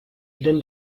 then